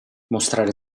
mostrare